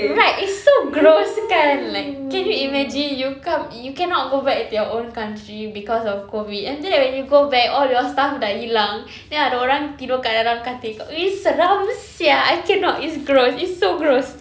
right it's so gross kan like can you imagine you come you cannot go back to your own country because of COVID and after that when you go back all your stuff dah hilang then ada orang tidur kat dalam katil kau !ee! seram sia I cannot it's gross it's so gross